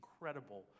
incredible